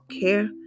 care